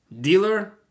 Dealer